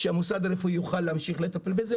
שהמוסד הרפואי יוכל להמשיך לטפל בזה,